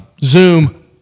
zoom